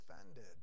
offended